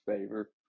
favor